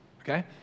okay